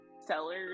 sellers